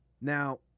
Now